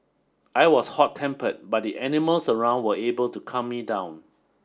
I was hot tempered but the animals around were able to calm me down